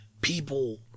people